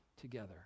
together